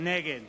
נגד